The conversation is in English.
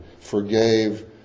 forgave